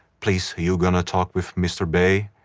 please, are you going to talk with mr. bay?